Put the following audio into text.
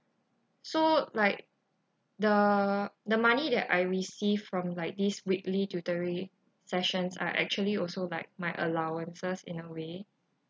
so like the the money that I received from like these weekly tutoring sessions are actually also like my allowances in a way